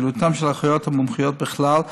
פעילותן של האחיות המומחיות בכלל,